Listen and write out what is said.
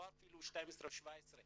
אפילו לא 12 או 17,